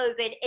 COVID